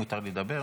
אם מותר לי לדבר,